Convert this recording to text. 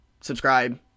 subscribe